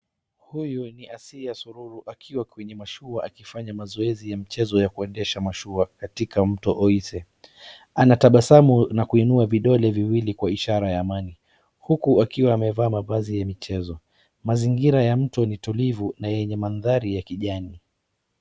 Huyu ni Asiya Sururu akiwa kwenye mashua akifanya zoezi ya mchezo ya kuendesha mashua katika mto Oise. Anatabasamu na kuinua vidole viwili kwa ishara ya amani, huku akiwa amevaa mavazi ya michezo. Mazingira ya mto ni tulivu na yenye mandhari ya kijani.